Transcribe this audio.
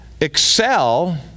excel